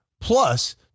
plus